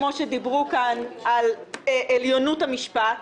כמו שדיברו כאן על עליונות המשפט,